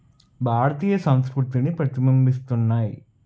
భారతీయ సంస్కృతిని ప్రతిబింబిస్తున్నాయి